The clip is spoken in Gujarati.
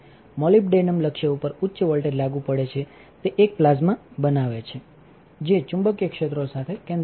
મોલીબડેનમ લક્ષ્ય પર ઉચ્ચ વોલ્ટેજ લાગુ પડે છેતેએક પ્લાઝ્માબનાવે છેજે ચુંબકીય ક્ષેત્રો સાથે કેન્દ્રિત છે